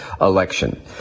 election